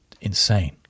insane